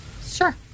Sure